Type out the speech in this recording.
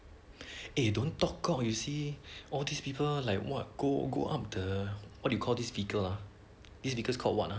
eh don't talk cock you see all these people like what go go up the what do you call this vehicle ah this vehicle call what ah